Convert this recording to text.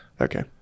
okay